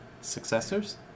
Successors